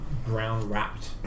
brown-wrapped